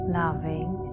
loving